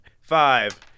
five